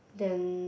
then